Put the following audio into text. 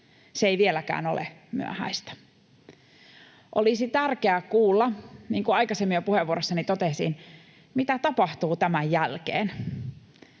Se ei vieläkään ole myöhäistä. Olisi tärkeää kuulla, niin kuin jo aikaisemmin puheenvuorossani totesin, mitä tapahtuu tämän jälkeen,